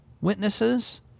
witnesses